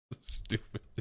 Stupid